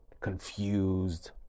confused